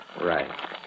Right